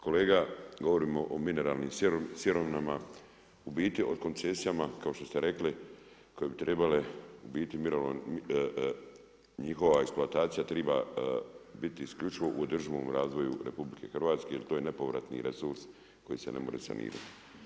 Kolega govorimo o mineralnim sirovinama u biti o koncesijama kao što ste rekli koje bi trebale u biti njihova eksploatacija triba biti isključivo u održivom razvoju RH jer to je nepovratni resurs koji se ne more sanirati.